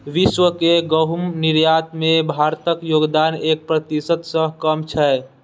विश्व के गहूम निर्यात मे भारतक योगदान एक प्रतिशत सं कम छै